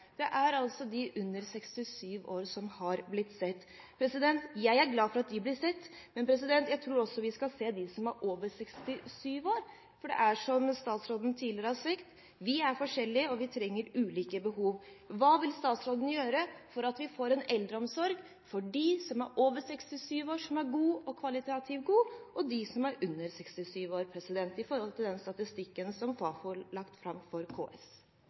Det er altså de under 67 år som har blitt sett. Jeg er glad for at de blir sett, men jeg tror også vi skal se dem som er over 67 år, for det er som statsråden tidligere har sagt: Vi er forskjellige, og vi har ulike behov. Hva vil statsråden gjøre for at vi får en eldreomsorg for dem som er over 67 år, som er kvalitativt god, og for dem som er under 67 år, med tanke på den statistikken som Fafo har lagt fram for KS?